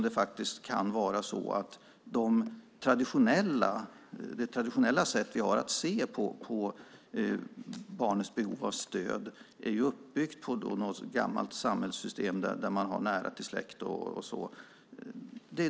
Det traditionella sättet att se på barnets behov av stöd är uppbyggt på ett gammalt samhällssystem där man har nära till släkt.